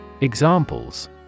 Examples